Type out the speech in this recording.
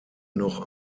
noch